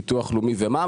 ביטוח לאומי ומע"מ?